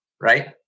right